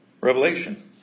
Revelation